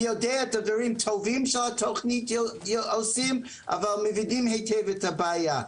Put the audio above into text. אני יודע את הדברים הטובים של התוכנית אבל מבינים היטב את הבעיה.